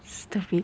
stupid